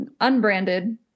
Unbranded